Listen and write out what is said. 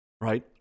Right